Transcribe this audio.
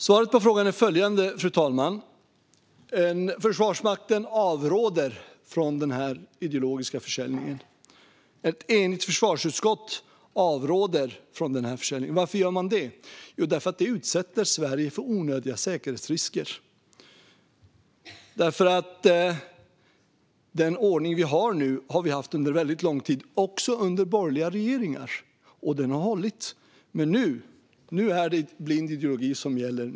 Svaret på frågan är följande, fru talman: Försvarsmakten avråder från denna ideologiska försäljning. Ett enigt försvarsutskott avråder från denna försäljning. Varför gör de det? Jo, därför att detta utsätter Sverige för onödiga säkerhetsrisker. Den ordning vi har nu har vi haft under väldigt lång tid - också under borgerliga regeringar - och den har hållit. Men nu är det blind ideologi som gäller.